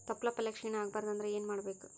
ತೊಪ್ಲಪಲ್ಯ ಕ್ಷೀಣ ಆಗಬಾರದು ಅಂದ್ರ ಏನ ಮಾಡಬೇಕು?